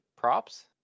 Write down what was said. Props